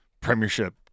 Premiership